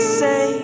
say